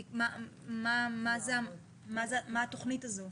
מה התכנית הזו?